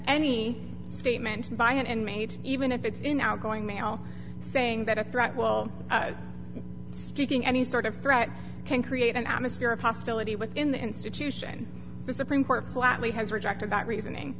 any statement by an inmate even if it's in outgoing mail saying that up right well speaking any sort of threat can create an atmosphere of hostility within the institution the supreme court flatly has rejected that reasoning